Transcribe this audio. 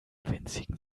winzigen